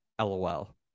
LOL